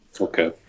Okay